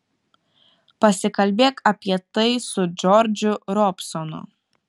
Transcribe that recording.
pasikalbėk apie tai su džordžu robsonu